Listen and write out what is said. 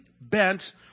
bent